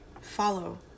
follow